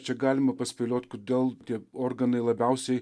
čia galima paspėliot kodėl tie organai labiausiai